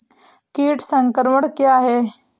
कीट संक्रमण क्या है?